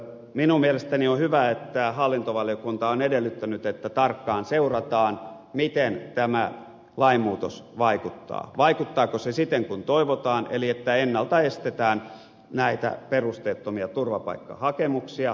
minun mielestäni on hyvä että hallintovaliokunta on edellyttänyt että tarkkaan seurataan miten tämä lainmuutos vaikuttaa vaikuttaako se siten kuin toivotaan eli siten että ennalta estetään näitä perusteettomia turvapaikkahakemuksia